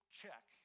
check